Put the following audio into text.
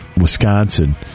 Wisconsin